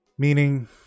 Meaning